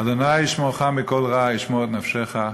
ה' ישמרך מכל רע ישמר את נפשך.